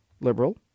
liberal